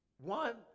One